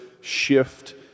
shift